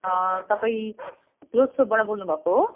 तपाईँ क्लोथ सपबाट बोल्नु भएको हो